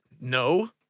No